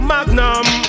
Magnum